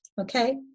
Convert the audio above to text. Okay